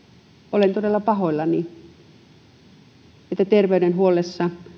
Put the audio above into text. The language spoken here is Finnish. olen todella pahoillani että terveydenhuollossa